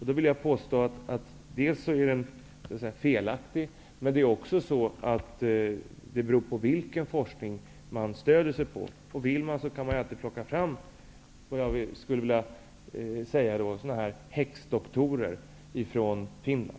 Då vill jag påstå att den är felaktig. Det beror också på vilken forskning man stöder sig på. Vill man kan man alltid plocka fram ''häxdoktorer'' från Finland.